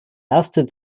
erste